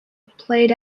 played